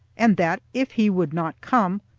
and that, if he would not come,